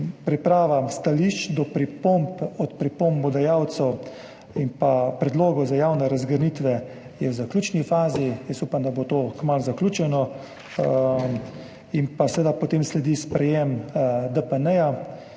Priprava stališč do pripomb pripombodajalcev in pa predlogov za javne razgrnitve je v zaključni fazi, jaz upam, da bo to kmalu zaključeno. Potem pa seveda sledi sprejem DPN na